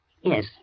Yes